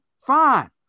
fine